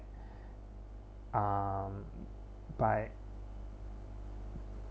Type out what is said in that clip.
um but